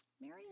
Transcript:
Mary